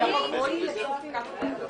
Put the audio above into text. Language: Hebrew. פה אחד הצעת חוק הביטוח הלאומי (תיקון מס' 22),